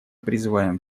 призываем